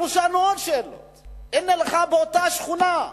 אנחנו שאלנו עוד שאלות: הנה לך, באותה שכונה,